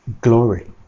glory